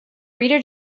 reader